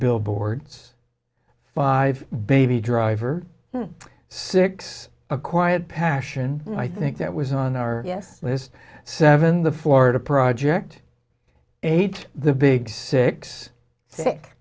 billboards five baby driver six a quiet passion i think that was on our list seven the florida project eight the big six sick